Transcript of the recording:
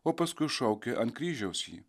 o paskui šaukė ant kryžiaus jį